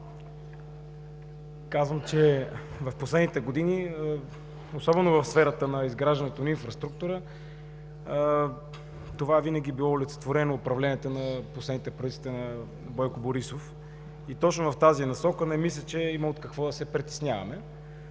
Казвам, че в последните години, особено в сферата на изграждане на инфраструктурата, това винаги е било олицетворено в управленията на последните правителства на Бойко Борисов и точно в тази насока не мисля, че има от какво да се притесняваме.